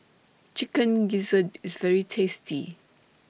Chicken Gizzard IS very tasty